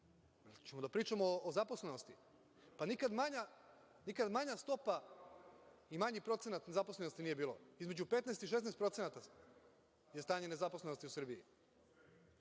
li da pričamo o zaposlenosti? Nikada manja stopa i manji procenat nezaposlenosti nije bio, između 15% i 16% je stanje nezaposlenosti u Srbiji,